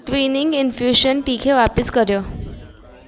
twinning infusion tea खे वापिसि करिये